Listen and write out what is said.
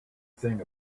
thing